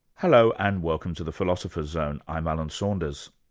hello, and welcome to the philosopher's zone, i'm alan saunders.